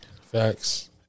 Facts